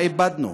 מה איבדנו?